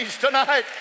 tonight